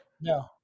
No